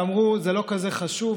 ואמרו: זה לא כזה חשוב,